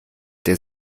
der